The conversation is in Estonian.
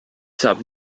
saab